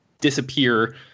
disappear